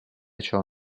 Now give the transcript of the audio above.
ciò